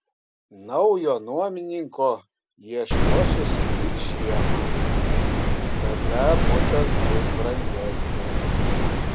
naujo nuomininko ieškosiuosi tik žiemą tada butas bus brangesnis